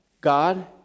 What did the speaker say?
God